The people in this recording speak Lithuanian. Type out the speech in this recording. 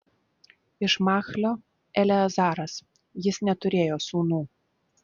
iš machlio eleazaras jis neturėjo sūnų